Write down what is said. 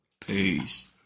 Peace